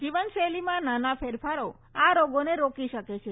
જીવન શૈલીમાં નાના ફેરફારો આ રોગોને રોકી શકે છે